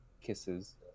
kisses